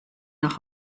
nach